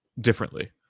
differently